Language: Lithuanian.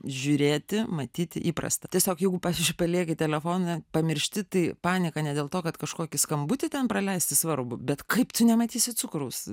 žiūrėti matyti įprasta tiesiog jeigu pavyzdžiui palieki telefoną pamiršti tai panika ne dėl to kad kažkokį skambutį ten praleisti svarbų bet kaip tu nematysi cukraus